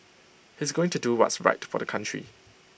he's going to do what's right for the country